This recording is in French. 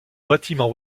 bâtiment